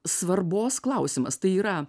svarbos klausimas tai yra